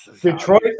Detroit